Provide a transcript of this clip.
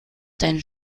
deinen